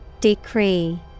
Decree